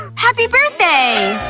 happy birthday!